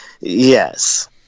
Yes